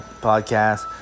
Podcast